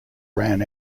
ran